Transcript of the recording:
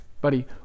buddy